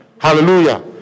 Hallelujah